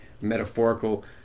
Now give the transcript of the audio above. metaphorical